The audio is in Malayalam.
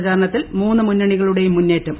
പ്രചാരണത്തിൽ മൂന്ന് മുന്നണികളുടെയും മുന്നേറ്റം